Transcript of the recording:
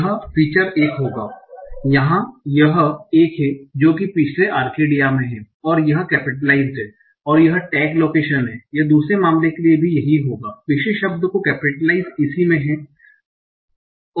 यह फीचर एक होगा यह यहां एक है जो कि पिछले आर्केडिया में है और यह कैपिटलाइस्ड है और टैग लोकेशन है यह दूसरे मामले के लिए भी यही होगा पिछले शब्द को कैपिटलाइस्ड इसी में है और टैग लोकेशन है